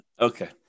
Okay